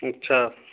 اچھا